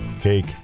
Cake